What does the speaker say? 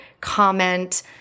comment